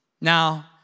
Now